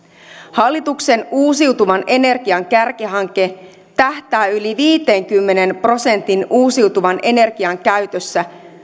hallituksen uusiutuvan energian kärkihanke tähtää yli viiteenkymmeneen prosenttiin uusiutuvan energian käytössä